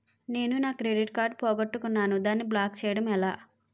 నేను నా credit card పోగొట్టుకున్నాను దానిని బ్లాక్ చేయడం ఎలా?